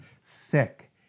sick